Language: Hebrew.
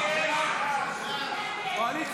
חוק התקשורת (בזק ושידורים) (תיקון מס'